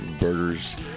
burgers